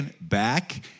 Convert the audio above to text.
back